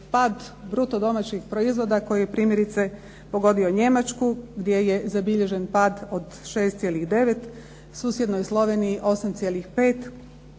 pad bruto domaćeg proizvoda koji je primjerice pogodio Njemačku gdje je zabilježen pad od 6,9, susjednoj Sloveniji 8,5